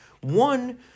One